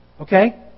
Okay